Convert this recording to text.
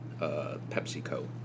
PepsiCo